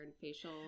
facial